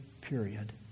period